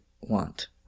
want